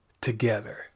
together